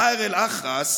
מאהר אל-אח'רס